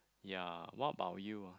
ya what about you ah